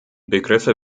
begriffe